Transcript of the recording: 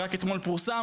רק אתמול פורסם.